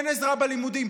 אין עזרה בלימודים,